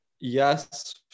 yes